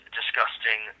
disgusting